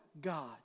God